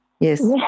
Yes